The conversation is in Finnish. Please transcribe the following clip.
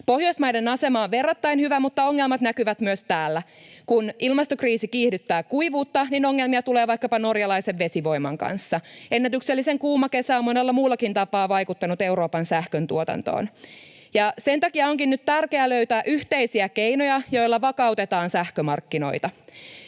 Pohjoismaiden asema on verrattain hyvä, mutta ongelmat näkyvät myös täällä. Kun ilmastokriisi kiihdyttää kuivuutta, ongelmia tulee vaikkapa norjalaisen vesivoiman kanssa. Ennätyksellisen kuuma kesä on monella muullakin tapaa vaikuttanut Euroopan sähköntuotantoon. Sen takia onkin nyt tärkeää löytää yhteisiä keinoja, joilla vakautetaan sähkömarkkinoita.